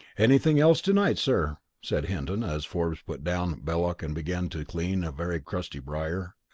anything else to-night, sir? said hinton, as forbes put down belloc and began to clean a very crusty briar.